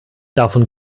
davon